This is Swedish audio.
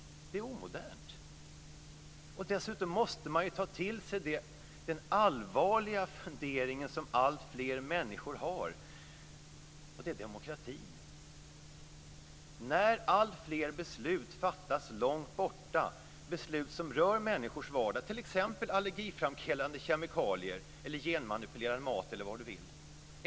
Man måste dessutom ta till sig den allvarliga fundering som alltfler människor har när det gäller demokratin. Alltfler beslut som rör människors vardag - t.ex. om allergiframkallande kemikalier, om genmanipulerad mat e.d. - fattas långt borta.